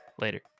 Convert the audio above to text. Later